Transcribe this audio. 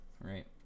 right